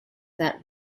that